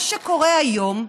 מה שקורה היום.